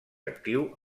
actiu